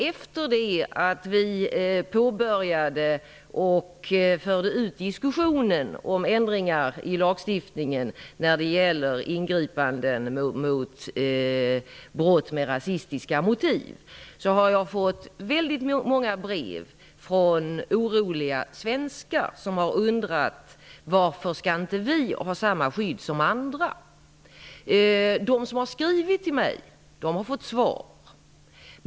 Efter det att vi påbörjade och förde ut diskussionen om ändringar i lagstiftningen när det gäller ingripanden mot brott med rasistiska motiv har jag fått väldigt många brev från oroliga svenskar som undrarvarför de inte skall ha samma skydd som andra. De som har skrivit till mig har fått svar.